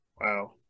Wow